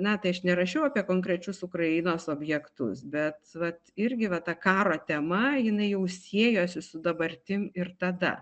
na tai aš nerašiau apie konkrečius ukrainos objektus bet vat irgi va ta karo tema jinai jau siejosi su dabartim ir tada